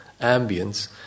ambience